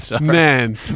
Man